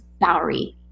Bowery